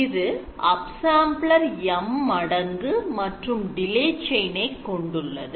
இது upsampler M மடங்கு மற்றும் delay chain ஐ கொண்டுள்ளது